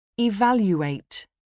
Evaluate